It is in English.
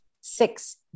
Six